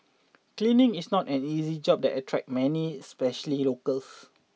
cleaning is not an easy job that attract many especially locals